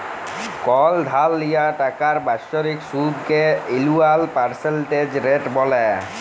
call ধার লিয়া টাকার বাৎসরিক সুদকে এলুয়াল পার্সেলটেজ রেট ব্যলে